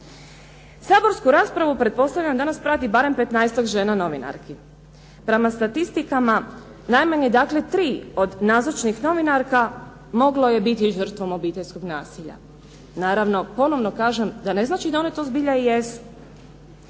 Saborsku raspravu pretpostavljam danas prati barem petnaestak žena novinarki. Prema statistikama najmanje dakle tri od nazočnih novinarki moglo je biti žrtvom obiteljskog nasilja. Naravno, ponovno kažem da ne znači da one to zbilja i jesu.